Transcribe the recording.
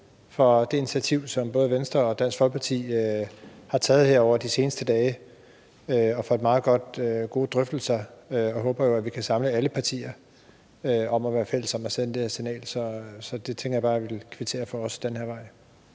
for det initiativ, som både Venstre og Dansk Folkeparti har taget her over de seneste dage, og for de gode drøftelser, og jeg håber jo, at vi kan samle alle partier om at være fælles om at sende det her signal. Så jeg ville også ad den her vej kvittere for det. Kl.